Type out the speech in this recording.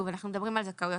(1) הזכאויות